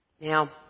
Now